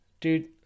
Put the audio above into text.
Dude